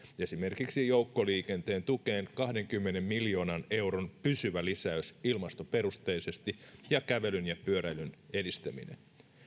esimerkiksi joukkoliikenteen tukeen kahdenkymmenen miljoonan euron pysyvä lisäys ilmastoperusteisesti ja kävelyn ja pyöräilyn edistämiseen